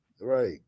right